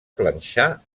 planxar